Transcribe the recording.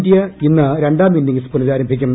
India ഇന്ന് രണ്ടാം innings പുനഃരാരംഭിക്കും